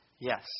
Yes